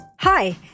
Hi